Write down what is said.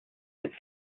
its